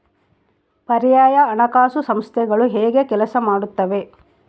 ಪರ್ಯಾಯ ಹಣಕಾಸು ಸಂಸ್ಥೆಗಳು ಹೇಗೆ ಕೆಲಸ ಮಾಡುತ್ತವೆ?